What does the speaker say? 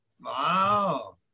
Wow